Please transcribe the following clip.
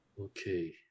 Okay